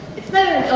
it's neither